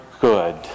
good